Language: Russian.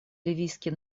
ливийский